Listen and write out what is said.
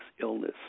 illness